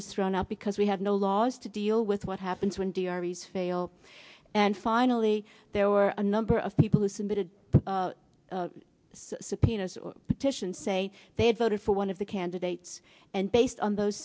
was thrown out because we had no laws to deal with what happens when the armies fail and finally there were a number of people who submitted subpoenas petitions say they had voted for one of the candidates and based on those